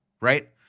right